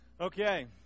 Okay